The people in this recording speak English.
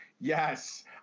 yes